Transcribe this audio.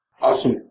Awesome